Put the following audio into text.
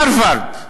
הרווארד,